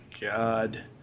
God